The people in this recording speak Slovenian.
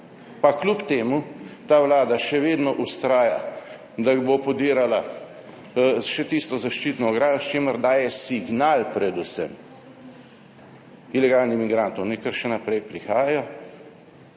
Pa kljub temu ta vlada še vedno vztraja, da bo podirala še tisto zaščitno ograjo, s čimer daje signal, predvsem, ilegalnim migrantom, naj kar še naprej prihajajo.